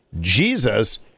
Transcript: Jesus